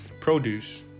produce